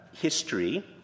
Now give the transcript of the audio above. history